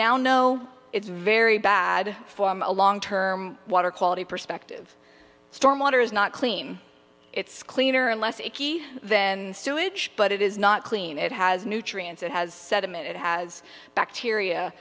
now know it's very bad for a long term water quality perspective storm water is not clean it's cleaner unless it then sewage but it is not clean it has nutrients it has said a minute has bacteria